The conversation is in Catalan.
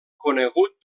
conegut